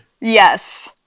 yes